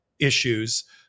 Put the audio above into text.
issues